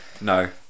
no